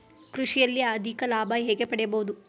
ಕೃಷಿಯಲ್ಲಿ ಅಧಿಕ ಲಾಭ ಹೇಗೆ ಪಡೆಯಬಹುದು?